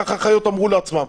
ככה החיות אמרו לעצמן.